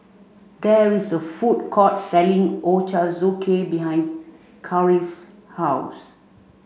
there is a food court selling Ochazuke behind Karri's house